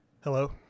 Hello